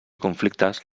conflictes